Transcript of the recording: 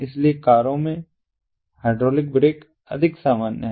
इसलिए कारों में हाइड्रोलिक ब्रेक अधिक सामान्य है